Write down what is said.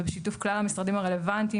ובשיתוף כלל המשרדים הרלוונטיים.